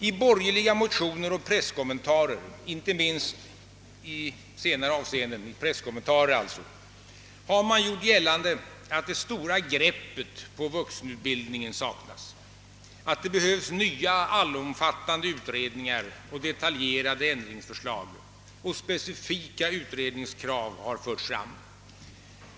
I borgerliga motioner och inte minst presskommentarer har man gjort gällande att det stora greppet på vuxenutbildningen saknas, att det behövs nya, allomfattande utredningar och detaljerade ändringsförslag, och specifika utredningskrav har förts fram.